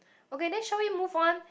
okay then shall we move on